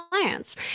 clients